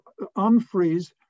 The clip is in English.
unfreeze